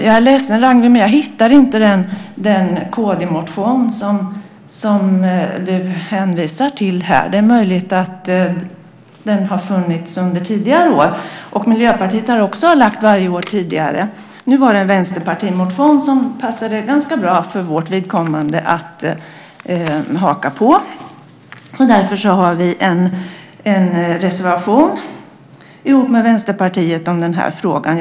Jag är ledsen, Ragnwi, men jag hittar inte den kd-motion som du hänvisar till här. Det är möjligt att det har funnits en sådan under tidigare år. Miljöpartiet har också varje år tidigare väckt en motion i frågan. Nu var det en vänsterpartimotion som det för vårt vidkommande passade ganska bra att haka på. Därför har vi en reservation ihop med Vänsterpartiet i den här frågan.